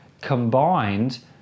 combined